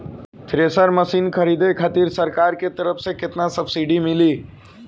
Thresher machine खरीदे खातिर सरकार के तरफ से केतना सब्सीडी मिली?